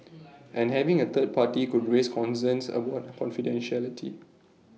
and having A third party could raise concerns about confidentiality